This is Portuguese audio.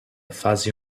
fazem